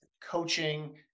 coaching